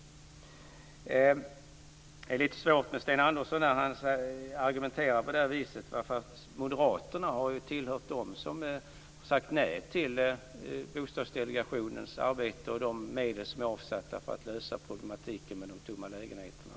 Det är lite svårt att bemöta Sten Andersson när han argumenterar på det sätt som han gör. Moderaterna har ju tillhört dem som har sagt nej till Bostadsdelegationens arbete och till de medel som är avsatta för att lösa problematiken med de tomma lägenheterna.